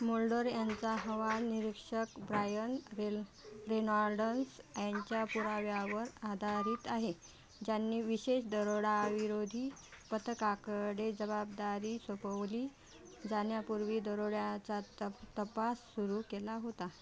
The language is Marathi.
मोल्डर यांचा अहवाल निरीक्षक ब्रायन रेन रेनाॅल्डन्स यांच्या पुराव्यावर आधारित आहे ज्यांनी विशेष दरोडाविरोधी पथकाकडे जबाबदारी सोपवली जाण्यापूर्वी दरोड्याचा तप तपास सुरू केला होता